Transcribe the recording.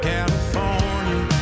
California